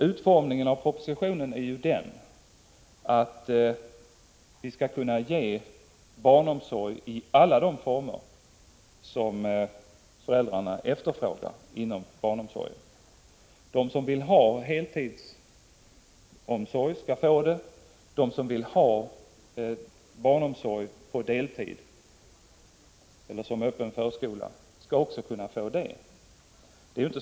Utformningen av propositionen är sådan att det framgår att vi skall kunna ge barnomsorg i alla de former som föräldrarna efterfrågar. De som vill ha heltidsomsorg skall få det, de som vill ha barnomsorg på deltid eller som öppen förskola skall kunna få det.